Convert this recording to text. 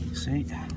See